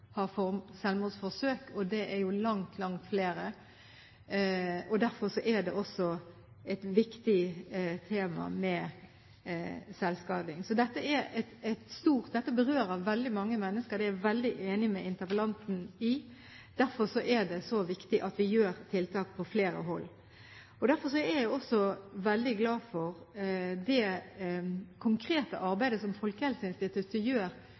har forsøkt. Derfor er også selvskading et viktig tema. Dette berører veldig mange mennesker. Det er jeg veldig enig med interpellanten i. Derfor er det så viktig at vi gjør tiltak på flere hold. Derfor er jeg også veldig glad for det konkrete arbeidet som Folkehelseinstituttet gjør